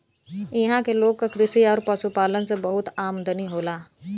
इहां के लोग क कृषि आउर पशुपालन से बहुत आमदनी होला